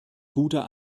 guter